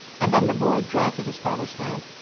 and then the boy dragged at his father's hand.